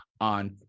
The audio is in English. on